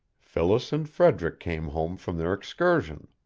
phyllis and frederick came home from their excursion.